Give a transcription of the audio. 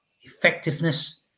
effectiveness